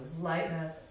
lightness